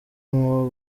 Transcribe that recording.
nk’u